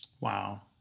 Wow